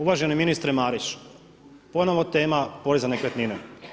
Uvaženi ministre Mariću, ponovno tema porez na nekretnine.